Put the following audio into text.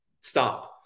stop